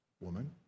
woman